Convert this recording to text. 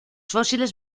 fósiles